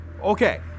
Okay